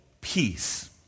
peace